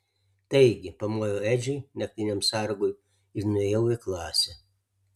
taigi pamojau edžiui naktiniam sargui ir nuėjau į klasę